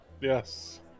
Yes